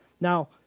Now